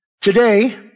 Today